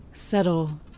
Settle